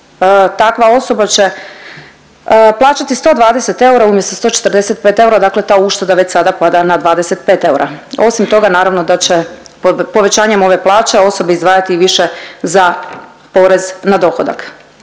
takva osoba će plaćati 120 eura umjesto 145 eura, dakle ta ušteda već sada pada na 25 eura. Osim toga naravno da će povećanjem ove plaće osobe izdvajati više za porez na dohodak.